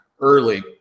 early